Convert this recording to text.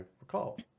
recall